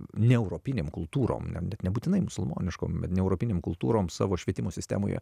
neeuropinėm kultūrom na bet nebūtinai musulmoniško bet neeuropinėm kultūrom savo švietimo sistemoje